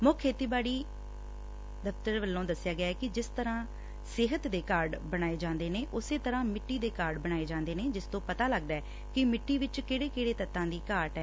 ਮੁੱਖ ਖੇਤੀਬਾੜੀ ਨੇ ਦਸਿਆ ਕਿ ਜਿਸ ਤਰਾਂ ਸਿਹਤ ਦੇ ਕਾਰਡ ਬਣਾਏ ਜਾਂਦੇ ਨੇ ਉਸੇ ਤਰਾਂ ਮਿੱਟੀ ਦੇ ਕਾਰਡ ਬਣਾਏ ਜਾਂਦੇ ਨੇ ਜਿਸ ਤੋਂ ਪਤਾ ਲੱਗਦੈ ਕਿ ਸਿੱਟੀ ਵਿਚ ਕਿਹੜੇ ਤੱਤਾਂ ਦੀ ਘਾਟ ਐ